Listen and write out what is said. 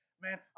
Man